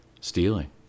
stealing